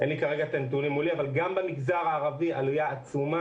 אין לי כרגע מולי את הנתונים אבל גם במגזר הערבי יש עלייה עצומה,